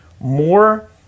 more